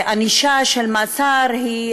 ענישה של מאסר היא,